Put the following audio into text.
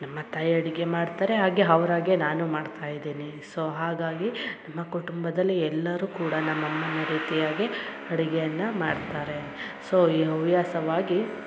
ನಮ್ಮ ತಾಯಿ ಅಡಿಗೆ ಮಾಡ್ತಾರೆ ಹಾಗೆ ಅವ್ರ ಹಾಗೆ ನಾನು ಮಾಡ್ತಾ ಇದ್ದೀನಿ ಸೊ ಹಾಗಾಗಿ ನಮ್ಮ ಕುಟುಂಬದಲ್ಲಿ ಎಲ್ಲರು ಕೂಡ ನಮ್ಮ ಅಮ್ಮನ ರೀತಿಯಾಗೆ ಅಡಿಗೆಯನ್ನ ಮಾಡ್ತಾರೆ ಸೊ ಈ ಹವ್ಯಾಸವಾಗಿ